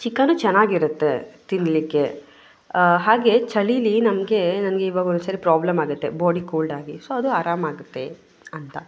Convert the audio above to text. chicken ಚೆನ್ನಾಗಿರುತ್ತೆ ತಿನ್ನಲಿಕ್ಕೆ ಹಾಗೇ ಚಳೀಲಿ ನಮಗೆ ನನಗೆ ಇವಾಗ ಒನ್ನೊಂದ್ಸಾರಿ ಪ್ರಾಬ್ಲಮ್ ಆಗುತ್ತೆ ಬಾಡಿ ಕೋಲ್ಡ್ ಆಗಿ ಸೊ ಅದು ಆರಾಮಾಗುತ್ತೆ ಅಂತ